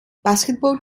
basketball